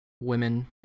women